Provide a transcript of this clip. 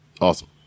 awesome